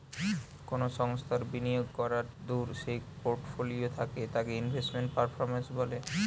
কোনো সংস্থার বিনিয়োগ করাদূঢ় যেই পোর্টফোলিও থাকে তাকে ইনভেস্টমেন্ট পারফরম্যান্স বলে